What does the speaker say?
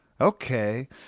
Okay